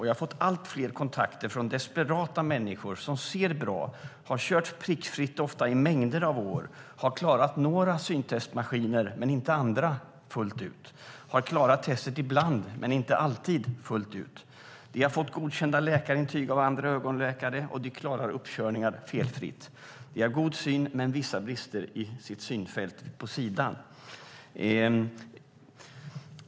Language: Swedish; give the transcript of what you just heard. Jag har fått allt fler kontakter från desperata människor som ser bra, har kört prickfritt ofta i mängder av år, har klarat några syntestmaskiner men inte andra fullt ut eller klarat testet ibland men inte alltid fullt ut. De har fått godkända läkarintyg av andra ögonläkare, och de klarar uppkörningar felfritt. De har god syn men vissa brister i sitt synfält på sidan.